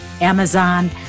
Amazon